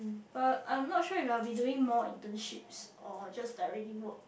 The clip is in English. but I'm not sure if I've been doing more internships or just directly work